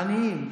עניים.